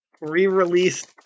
re-released